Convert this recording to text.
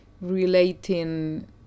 relating